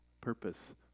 purpose